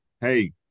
hey